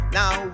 now